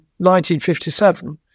1957